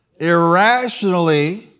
Irrationally